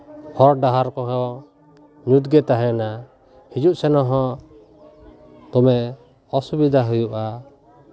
ᱦᱚᱨ ᱰᱟᱦᱟᱨ ᱠᱚᱦᱚᱸ ᱧᱩᱛᱜᱮ ᱛᱟᱦᱮᱱᱟ ᱦᱤᱡᱩᱜ ᱥᱮᱱᱚᱜ ᱦᱚᱸ ᱫᱚᱢᱮ ᱚᱥᱩᱵᱤᱫᱷᱟ ᱦᱩᱭᱩᱜᱼᱟ